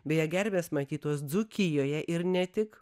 beje gervės matytos dzūkijoje ir ne tik